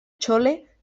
chole